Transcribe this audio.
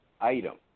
item